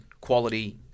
quality